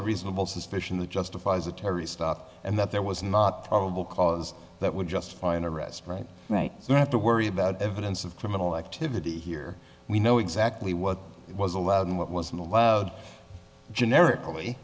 a reasonable suspicion that justifies a terry stop and that there was not probable cause that would justify an arrest right right so you have to worry about evidence of criminal activity here we know exactly what was allowed in wasn't allowed generically